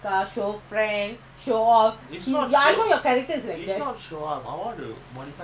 then you use lah other days cannot what I have to go to work what